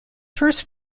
first